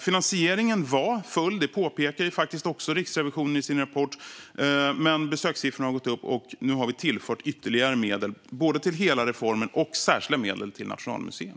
Finansieringen var full. Det påpekar också Riksrevisionen i sin rapport. Men besökssiffrorna har gått upp, och nu har vi tillfört både ytterligare medel till hela reformen och särskilda medel till Nationalmuseum.